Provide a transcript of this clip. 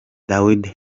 dawidi